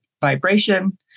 vibration